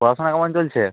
পড়াশুনা কেমন চলছে